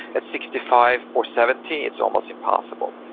at sixty five or seventy it's almost impossible.